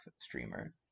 streamer